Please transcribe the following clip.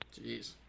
jeez